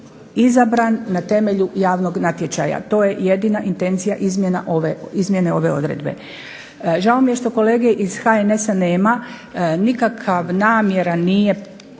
izabran na temelju javnog natječaja. To je jedina intencija izmjene ove odredbe. Žao mi je što kolege iz HNS-a nema, nikakva namjera nije